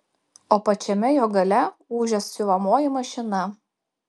o pačiame jo gale ūžia siuvamoji mašina